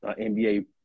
NBA